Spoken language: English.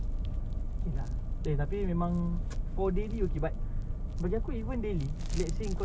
dia orang punya orang ah cina they they they know bee hoon more about us they know bee hoon like we know asam pedas